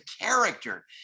character